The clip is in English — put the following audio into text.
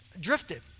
drifted